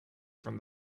from